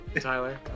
Tyler